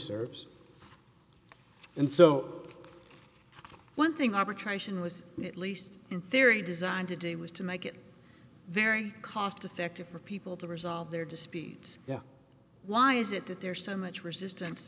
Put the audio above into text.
serves and so one thing arbitrating was at least in theory designed to do was to make it very cost effective for people to resolve their disputes yeah why is it that there's so much resistance